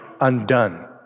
undone